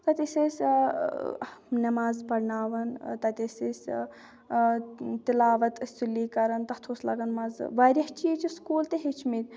تَتہِ ٲسۍ أسۍ نٮ۪ماز پَرناوَان تَتہِ ٲسۍ أسۍ تِلاوَت ٲسۍ سُلی کَرَان تَتھ اوس لَگَان مَزٕ واریاہ چیٖز چھِ سکوٗل تہِ ہیٚچھمٕتۍ